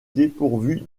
dépourvu